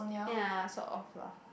ya so off lah